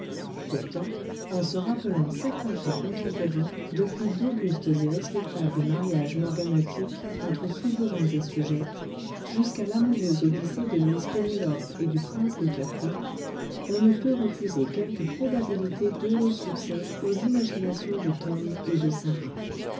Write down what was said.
pourtant en se rappelant certains faits contemporains depuis d'augustes et respectables mariages morganatiques entre souverains et sujettes jusqu'à l'amoureuse odyssée de miss pénélope et du prince de capoue on ne peut refuser quelque probabilité d'heureux succès aux imaginations de tom et de sarah